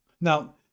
now